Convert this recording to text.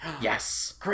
Yes